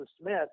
Smith